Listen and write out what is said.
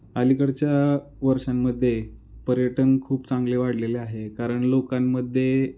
अलीकडच्या वर्षांमध्ये पर्यटन खूप चांगले वाढलेले आहे कारण लोकांमध्ये